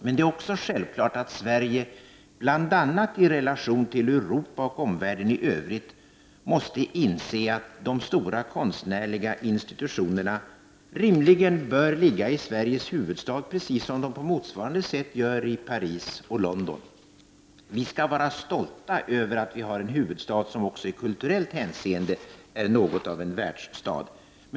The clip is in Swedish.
Men det är också självklart att Sverige, bl.a. i relation till Europa och omvärlden i övrigt, inser att de stora konstnärliga institutionerna rimligen bör ligga i Sveriges huvudstad, precis som de på motsvarande sätt gör i Paris och London. Vi skall vara stolta över att vi har en huvudstad som också i kulturellt hänseende är något av en världsstad.